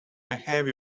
behave